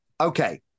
Okay